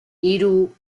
hiru